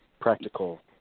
practical